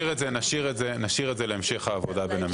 נשאיר את זה להמשך העבודה בין המשרדים.